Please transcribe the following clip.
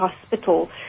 hospital